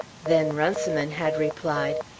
then runciman had replied,